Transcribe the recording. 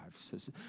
says